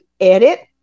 edit